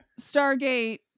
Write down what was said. Stargate